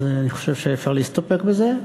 אז אני חושב שאפשר להסתפק בזה.